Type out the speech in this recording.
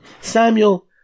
Samuel